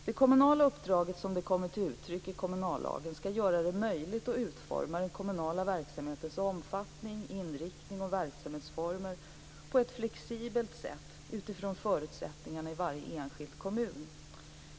Det kommunala uppdraget som det kommer till uttryck i kommunallagen skall göra det möjligt att utforma den kommunala verksamhetens omfattning, inriktning och verksamhetsformer på ett flexibelt sätt utifrån förutsättningarna i varje enskild kommun.